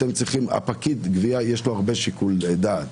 לפקיד הגבייה יש הרבה שיקול דעת,